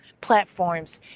platforms